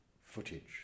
footage